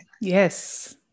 Yes